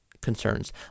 concerns